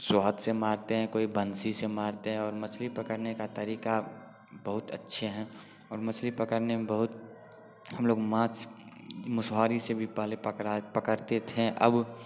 सोहत से मारते हैं कोई बंसी से मारते हैं और मछली पकड़ने का तरीका बहुत अच्छे हैं और मछली पकड़ने में बहुत हम लोग माँस मुसहरी से भी पहले पकड़ा पकड़ते थे अब